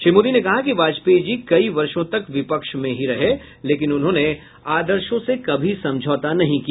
श्री मोदी ने कहा कि वाजपेयी जी कई वर्षों तक विपक्ष में ही रहें लेकिन उन्होंने आदर्शों से कभी समझौता नहीं किया